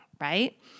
right